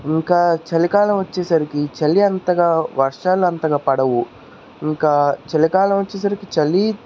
ఇంకా చలికాలం వచ్చేసరికి చలి అంతగా వర్షాలు అంతగా పడవు ఇంకా చలికాలం వచ్చేసరికి చలీ